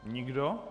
Nikdo.